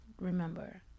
remember